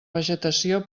vegetació